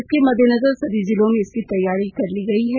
इसके मददेनजर सभी जिलों में इसकी तैयारी कर ली गयी है